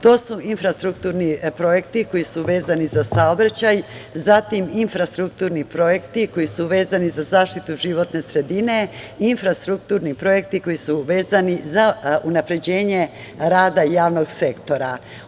To su infrastrukturni projekti koji su vezani za saobraćaj, zatim infrastrukturni projekti koji su vezani za zaštitu životne sredine i infrastrukturni projekti koji su vezani za unapređenje rada javnog sektora.